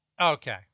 Okay